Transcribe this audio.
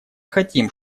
хотим